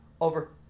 over